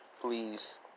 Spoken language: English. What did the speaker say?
please